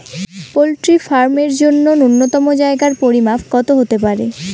Poultry farm এর জন্য নূন্যতম জায়গার পরিমাপ কত হতে পারে?